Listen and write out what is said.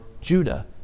Judah